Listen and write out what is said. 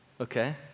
okay